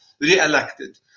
reelected